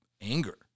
anger